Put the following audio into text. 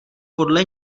podle